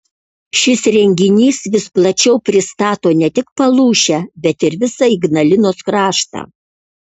šis renginys vis plačiau pristato ne tik palūšę bet ir visą ignalinos kraštą